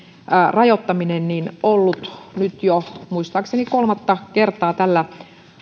rajoittaminen nyt jo muistaakseni kolmatta kertaa tällä